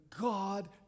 God